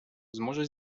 зможе